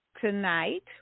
Tonight